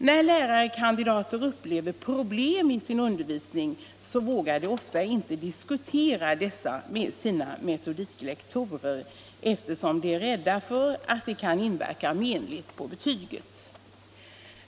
När lärarkandidater upplever problem i sin undervisning vågar de ofta inte diskutera dessa med sina metodiklektorer, eftersom de är rädda för att det kan inverka menligt på betyget.